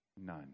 none